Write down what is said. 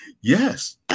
Yes